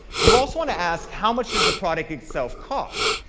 you also want to ask how much does the product itself cost.